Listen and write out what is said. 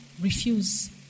refuse